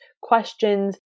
questions